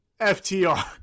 FTR